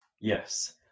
Yes